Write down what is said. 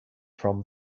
from